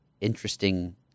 interesting